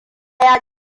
ya